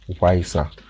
wiser